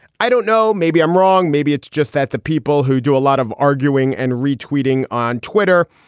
i don't know. maybe i'm wrong. maybe it's just that the people who do a lot of arguing and re-tweeting on twitter,